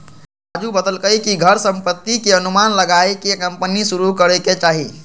राजू बतलकई कि घर संपत्ति के अनुमान लगाईये के कम्पनी शुरू करे के चाहि